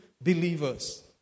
believers